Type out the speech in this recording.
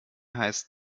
heißt